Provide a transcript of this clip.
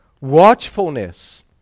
watchfulness